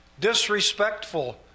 disrespectful